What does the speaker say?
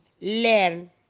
Learn